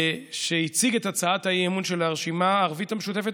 שהציג את הצעת האי-אמון של הרשימה הערבית המשותפת,